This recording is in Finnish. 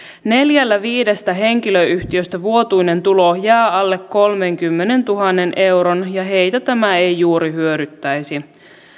neljällä viidestä henkilöyhtiöstä vuotuinen tulo jää alle kolmenkymmenentuhannen euron ja heitä tämä ei juuri hyödyttäisi